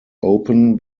open